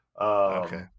okay